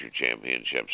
championships